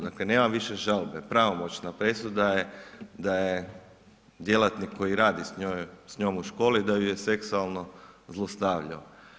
Dakle nema više žalbe, pravomoćna presuda je da je djelatnik koji radi s njom u školu, da ju je seksualno zlostavljao.